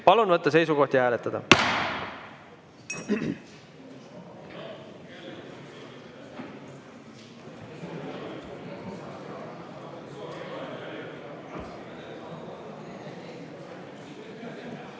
Palun võtta seisukoht ja hääletada!